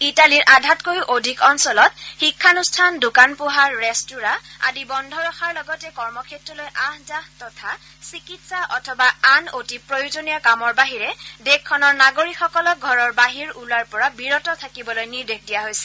ইটালীৰ আধাতকৈও অধিক অঞ্চলত শিক্ষানুষ্ঠান দোকান পোহাৰ ৰেট্টোৰাঁ আদি বন্ধ ৰখাৰ লগতে কৰ্মক্ষেত্ৰলৈ আহ যাহ তথা চিকিৎসা অথবা আন অতি প্ৰয়োজনীয় কামৰ বাহিৰে দেশখনৰ নাগৰিকসকলক ঘৰৰ বাহিৰ ওলোৱাৰ পৰা বিৰত থাকিবলৈ নিৰ্দেশ দিয়া হৈছে